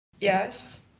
Yes